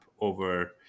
over